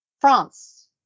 France